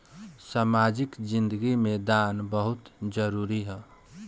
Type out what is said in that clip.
सामाजिक जिंदगी में दान बहुत जरूरी ह